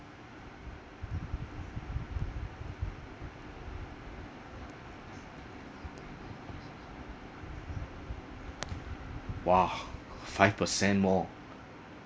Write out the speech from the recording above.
!wah! five percent more